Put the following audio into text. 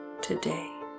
today